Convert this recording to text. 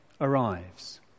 arrives